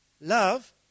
love